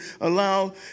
allow